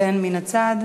כן, מן הצד.